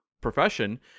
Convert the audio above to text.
profession